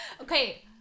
Okay